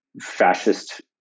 fascist